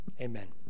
Amen